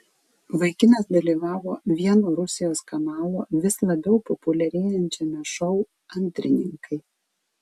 vaikinas dalyvavo vieno rusijos kanalo vis labiau populiarėjančiame šou antrininkai